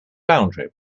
boundary